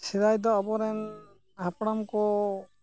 ᱥᱮᱫᱟᱭ ᱫᱚ ᱟᱵᱚᱨᱮᱱ ᱦᱟᱯᱲᱟᱢ ᱠᱚ